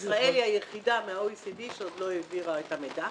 --- ישראל היא היחידה מה-OECD שעוד לא העבירה את המידע,